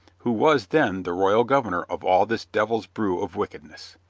who was then the royal governor of all this devil's brew of wickedness.